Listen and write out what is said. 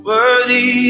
Worthy